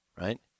right